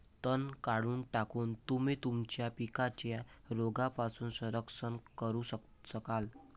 तण काढून टाकून, तुम्ही तुमच्या पिकांचे रोगांपासून संरक्षण करू शकाल